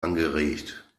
angeregt